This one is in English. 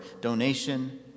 donation